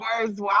words